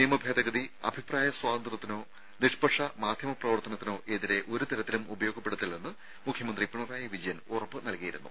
നിയമ ഭേദഗതി അഭിപ്രായ സ്വാതന്ത്ര്യത്തിനോ നിഷ്പക്ഷ മാധ്യമ പ്രവർത്തനത്തിനോ എതിരെ ഒരു തരത്തിലും ഉപയോഗപ്പെടുത്തില്ലെന്ന് മുഖ്യമന്ത്രി പിണറായി വിജയൻ ഉറപ്പ് നൽകിയിരുന്നു